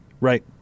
Right